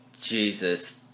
Jesus